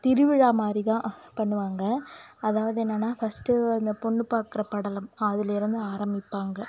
திருவிழா மாதிரி தான் பண்ணுவாங்க அதாவது என்னென்னா ஃபஸ்ட்டு இந்த பொண்ணு பார்க்குற படலம் அதிலிருந்து ஆரம்மிப்பாங்க